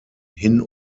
hin